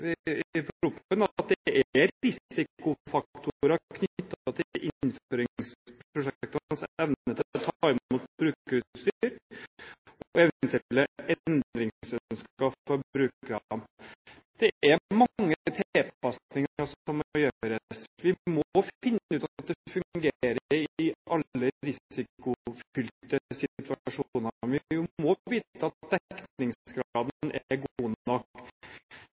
er risikofaktorer knyttet til innføringsprosjektenes evne til å ta imot brukerutstyr og eventuelle endringsønsker fra brukerne.» Det er mange tilpasninger som må gjøres. Vi må finne ut at det fungerer i alle risikofylte situasjoner. Vi må vite at dekningsgraden er god nok, og vi må ta den